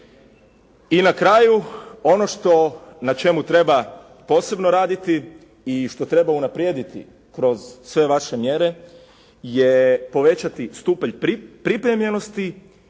I na kraju, ono na čemu posebno raditi i što treba unaprijediti kroz sve vaše mjere je povećati stupanj pripremljenosti